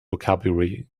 vocabulary